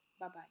Bye-bye